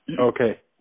Okay